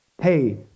hey